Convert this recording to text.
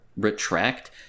retract